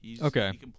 Okay